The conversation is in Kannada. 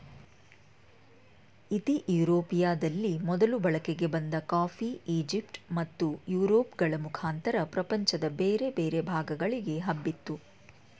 ಇತಿಯೋಪಿಯದಲ್ಲಿ ಮೊದಲು ಬಳಕೆಗೆ ಬಂದ ಕಾಫಿ ಈಜಿಪ್ಟ್ ಮತ್ತು ಯುರೋಪ್ ಗಳ ಮುಖಾಂತರ ಪ್ರಪಂಚದ ಬೇರೆ ಬೇರೆ ಭಾಗಗಳಿಗೆ ಹಬ್ಬಿತು